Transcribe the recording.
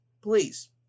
please